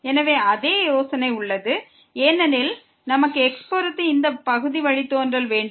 எனவே கருத்து அதே தான் ஏனெனில் நமக்கு x பொறுத்து இந்த பகுதி வழித்தோன்ற இருக்கிறது